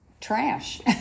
trash